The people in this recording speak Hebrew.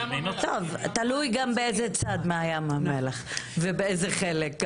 טוב, תלוי גם באיזה צד מים המלח ובאיזה חלק.